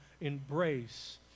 embrace